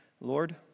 Lord